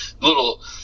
little